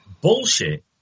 bullshit